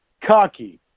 cocky